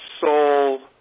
soul